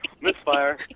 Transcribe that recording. misfire